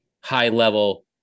high-level